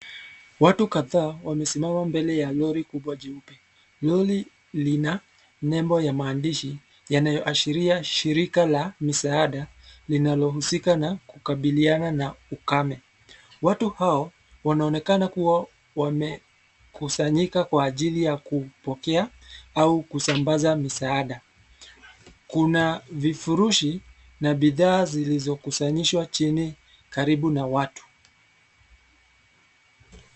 Watu kadhaa wamesimama mbele ya lori kubwa jeupe. Lori, lina, nembo ya maandishi, yanayoashiria shirika la misaada, linalohusika na, kukabiliana na, ukame. Watu hao, wanaonekana kuwa, wamekusanyika kwa ajili ya kuupokea, au kusambaza misaada. Kuna vifurushi, na bidhaa zilizokusanyishwa chini, karibu na watu.